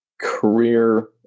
career